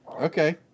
Okay